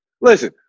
Listen